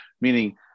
meaning